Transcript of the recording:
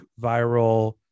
viral